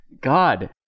God